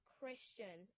Christian